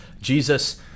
Jesus